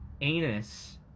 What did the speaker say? anus